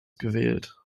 gewählt